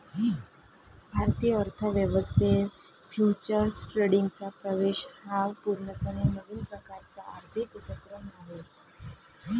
भारतीय अर्थ व्यवस्थेत फ्युचर्स ट्रेडिंगचा प्रवेश हा पूर्णपणे नवीन प्रकारचा आर्थिक उपक्रम आहे